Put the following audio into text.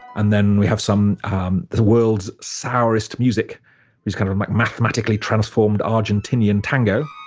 and then we have some world's sourest music it's kind of like mathematically transformed argentinian tango,